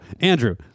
Andrew